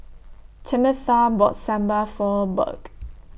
Tamatha bought Sambal For Burk